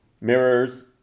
mirrors